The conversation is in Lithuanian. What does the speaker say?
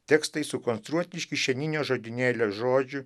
tekstai sukonstruoti iš kišeninio žodynėlio žodžių